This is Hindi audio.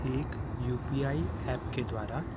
एक यू पी आई एप के द्वारा